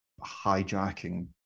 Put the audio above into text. hijacking